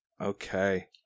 Okay